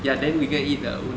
ya then we go eat the